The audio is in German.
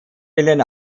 bilden